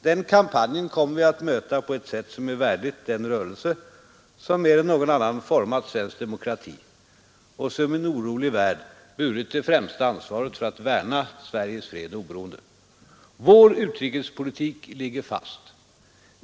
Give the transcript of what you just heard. Den kampen kommer vi att möta på ett sätt, som är värdigt den rörelse som mer än någon annan format svensk demokrati och som i en orolig värld burit det främsta ansvaret för att värna Sveriges fred och oberoende. Vår utrikespolitik ligger fast.